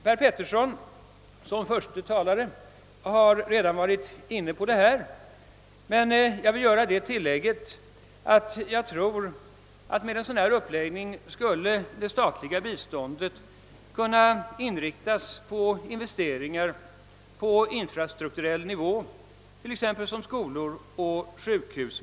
Herr Petersson i Gäddvik som förste talare har redan varit inne på detta, men jag vill göra det tillägget, att jag tror att det statliga biståndet med en sådan uppläggning skulle kunna inriktas på investeringar på infrastrukturell nivå, t.ex. skolor och sjukhus.